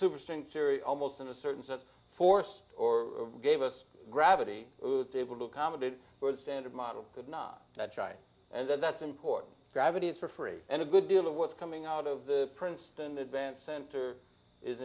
superstring theory almost in a certain sense force or gave us gravity table to accommodate for the standard model could not that's right and that's important gravity is for free and a good deal of what's coming out of the princeton advance center is